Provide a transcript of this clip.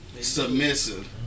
submissive